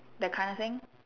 that kind of thing